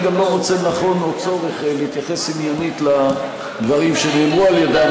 אני לא מוצא לנכון או צורך להתייחס עניינית לדברים שנאמרו על ידה,